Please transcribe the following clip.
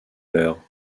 l’heure